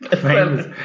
Famous